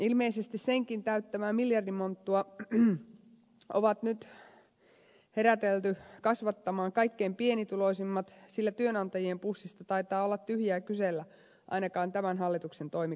ilmeisesti senkin täyttämää miljardimonttua on nyt kaikkein pienituloisimmat herätelty täyttämään sillä työnantajien pussista taitaa olla tyhjää kysellä ainakaan tämän hallituksen toimikaudella